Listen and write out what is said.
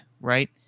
right